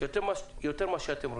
שיותר ממה שאתם רוצים,